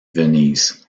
venise